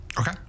Okay